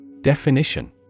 Definition